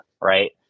right